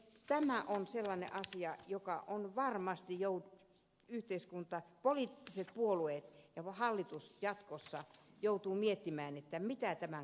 tämä on sellainen asia että varmasti poliittiset puolueet ja hallitukset jatkossa joutuvat miettimään mitä tämän kanssa tehdään